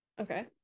Okay